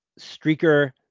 Streaker